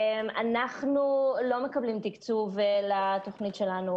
אנחנו לא מקבלים תקצוב ממשלתי לתוכנית שלנו.